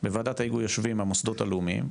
בוועדת ההיגוי יושבים המוסדות הלאומיים,